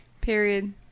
Period